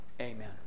Amen